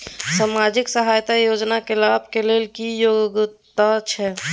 सामाजिक सहायता योजना के लाभ के लेल की योग्यता छै?